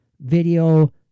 video